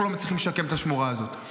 אנחנו לא מצליחים לשקם את השמורה הזאת.